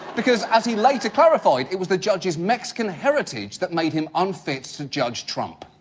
because, as he later clarified, it was the judge's mexican heritage that made him unfit to judge trump.